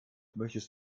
möchtest